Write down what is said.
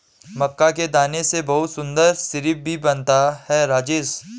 मक्का के दाने से बहुत सुंदर सिरप भी बनता है राजेश